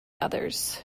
others